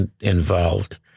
Involved